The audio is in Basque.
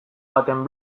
baten